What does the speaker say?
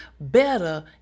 better